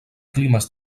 climes